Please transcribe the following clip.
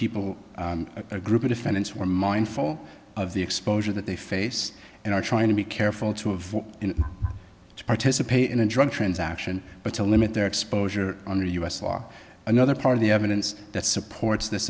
people a group of defendants were mindful of the exposure that they face and are trying to be careful to avoid to participate in a drug transaction but to limit their exposure under u s law another part of the evidence that supports this